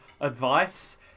advice